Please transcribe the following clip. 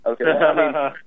Okay